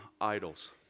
idols